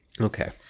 Okay